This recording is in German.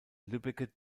lübbecke